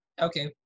okay